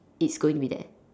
it's going to be there